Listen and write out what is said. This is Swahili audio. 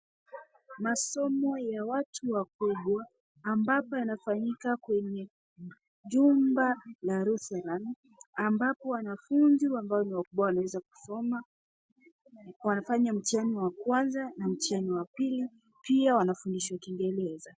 Masomo ya watu wakubwa ambapo yanafanyika kwenye jumba la rusheran ambapo wanafunzi ambao ni wakubwa wanaweza kusoma, wanafanya mtihani wa kwanza na mtihani wa pili, pia wanafundishwa kiingereza.